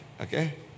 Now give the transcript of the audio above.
okay